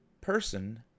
person